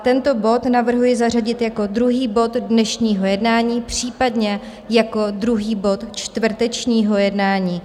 Tento bod navrhuji zařadit jako druhý bod dnešního jednání, případně jako druhý bod čtvrtečního jednání.